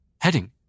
Heading